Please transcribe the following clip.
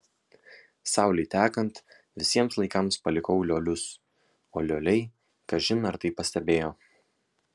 saulei tekant visiems laikams palikau liolius o lioliai kažin ar tai pastebėjo